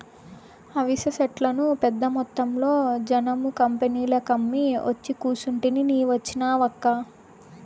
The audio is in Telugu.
అవిసె సెట్లను పెద్దమొత్తంలో జనుము కంపెనీలకమ్మి ఒచ్చి కూసుంటిని నీ వచ్చినావక్కా